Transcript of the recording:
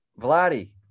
Vladdy